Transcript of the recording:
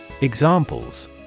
Examples